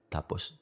Tapos